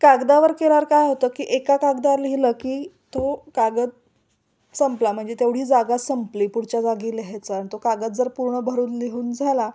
कागदावर केल्यावर काय होतं की एका कागदाार लिहिलं की तो कागद संपला म्हणजे तेवढी जागा संपली पुढच्या जागी लिहायचा अन तो कागद जर पूर्ण भरून लिहून झाला